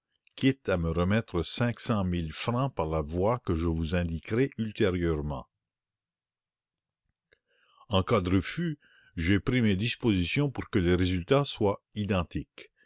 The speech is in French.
quitte à me remettre cinq cent mille francs par la voie que je vous indiquerai ultérieurement en cas de refus j'ai pris mes dispositions pour que le résultat soit identique